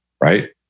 Right